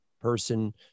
person